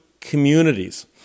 communities